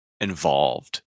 involved